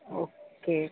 okay